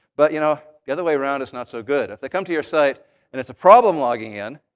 but you know the other way around is not so good. if they come to your site and there's a problem logging in,